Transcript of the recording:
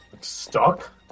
stuck